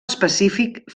específic